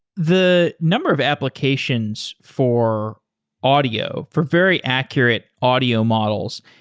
the number of applications for audio, for very accurate audio models,